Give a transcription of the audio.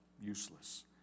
useless